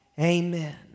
amen